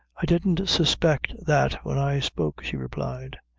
i didn't suspect that when i spoke, she replied.